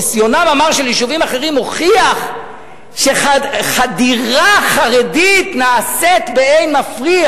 ניסיונם המר של יישובים אחרים הוכיח שחדירה חרדית נעשית באין מפריע"